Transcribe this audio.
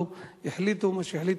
החליטו מה שהחליטו,